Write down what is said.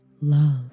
love